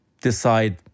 decide